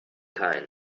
kind